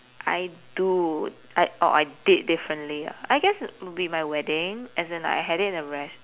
I do I or I did differently ah I guess it would be my wedding as in like I had it in a res~